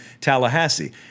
Tallahassee